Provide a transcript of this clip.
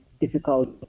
difficult